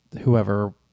whoever